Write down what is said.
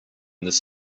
this